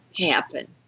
happen